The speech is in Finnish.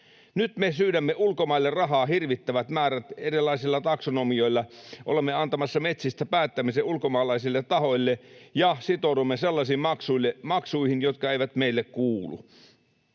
Nyt me syydämme ulkomaille rahaa hirvittävät määrät erilaisilla taksonomioilla. Olemme antamassa metsistä päättämisen ulkomaalaisille tahoille ja sitoudumme sellaisiin maksuihin, jotka eivät meille kuulu.